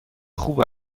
خوب